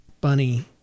Bunny